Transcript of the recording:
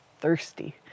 thirsty